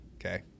okay